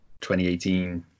2018